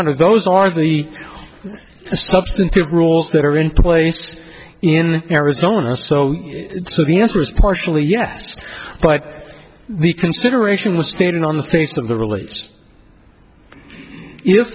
honor those are the substantive rules that are in place in arizona so so the answer is partially yes but the consideration was standing on the face of the relates